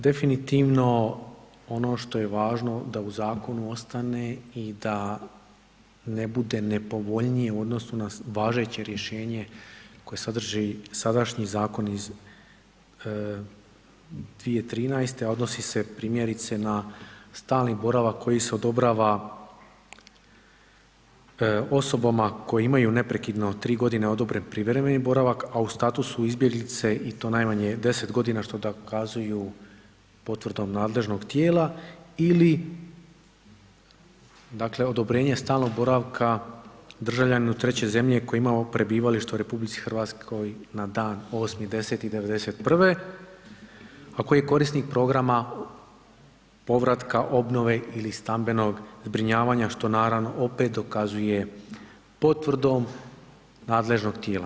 Definitivno ono što je važno da u zakonu ostane i da ne bude nepovoljnije u odnosu na važeće rješenje koje sadrži sadašnji zakon iz 2013., a odnosi se primjerice na stalni boravak koji se odobrava osobama koje imaju neprekidno privremeno odobren privremeni boravak, a u statusu izbjeglice i to najmanje 10 godina što dokazuju potvrdom nadležnog tijela ili odobrenje stalnog boravka državljaninu treće zemlje koji je imao prebivalište u RH na dan 8.10.'91., a koji je korisnik programa povratka, obnove ili stambenog zbrinjavanja što naravno opet dokazuje potvrdom nadležnog tijela.